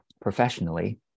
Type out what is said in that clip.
professionally